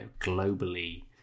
globally